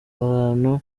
ahantu